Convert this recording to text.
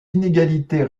inégalités